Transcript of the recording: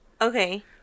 Okay